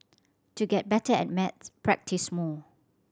to get better at maths practise more